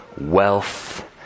wealth